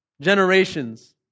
Generations